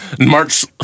March